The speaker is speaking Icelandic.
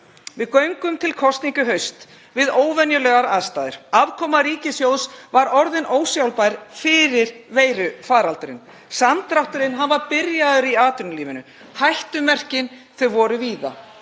Við göngum til kosninga í haust við óvenjulegar aðstæður. Afkoma ríkissjóðs var orðin ósjálfbær fyrir veirufaraldurinn. Samdrátturinn var byrjaður í atvinnulífinu. Hættumerkin voru víða.